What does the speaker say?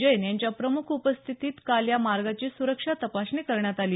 जैन यांच्या प्रमुख उपस्थितीत काल या मार्गाची सुरक्षा तपासणी करण्यात आली